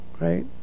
Right